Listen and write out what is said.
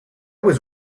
was